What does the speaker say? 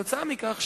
עקב כך,